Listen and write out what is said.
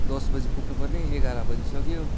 दसबजे पुग्नु पर्ने एघार बजिसक्यो